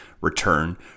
return